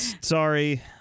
sorry